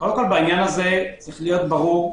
בעניין הזה צריך להיות ברור,